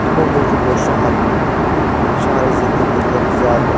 تِمو موٗجوٗب اوس شَہَر شَہرٕچ زِنٛدگی لُکھ زِیادٕ